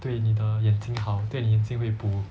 对你的眼睛好对你的眼睛会补